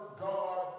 God